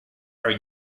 are